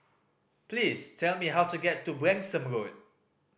please tell me how to get to Branksome Road